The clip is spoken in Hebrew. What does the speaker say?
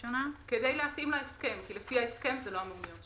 כדי להתאים להסכם כי לפי ההסכם זה לא אמור להיות שם.